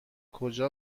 کجا